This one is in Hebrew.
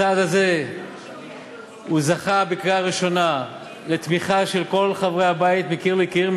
הצעד הזה זכה בקריאה ראשונה לתמיכה של כל חברי הבית מקיר לקיר,